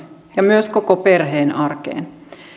ja myös koko perheen arkeen